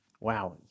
wow